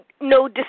no